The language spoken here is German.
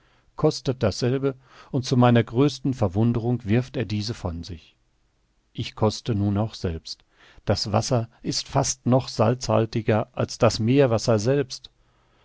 kostet dasselbe und zu meiner größten verwunderung wirft er diese von sich ich koste nun auch selbst das wasser ist fast noch salzhaltiger als das meerwasser selbst